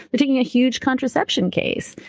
they're taking a huge contraception case.